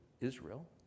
Israel